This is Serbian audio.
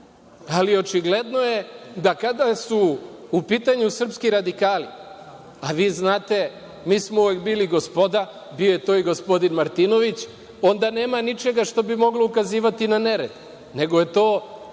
Ali, očigledno je da kada su u pitanju srpski radikali, a vi znate, mi smo uvek bili gospoda, bio je to i gospodin Martinović, onda nema ničega što bi moglo ukazivati na nered, nego je to